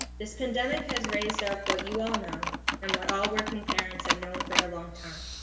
this pandemic has raised up what you all know and what all working parents have known for a long time.